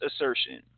assertion